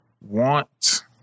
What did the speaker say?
want